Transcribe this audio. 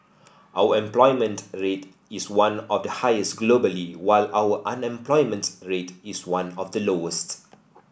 our employment rate is one of the highest globally while our unemployment rate is one of the lowest